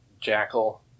Jackal